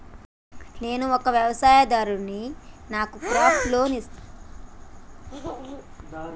నేను ఒక వ్యవసాయదారుడిని నాకు క్రాప్ లోన్ ఇస్తారా?